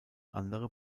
andere